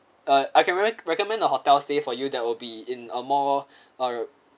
uh I can recommend recommend a hotels stay for you that will be in a more uh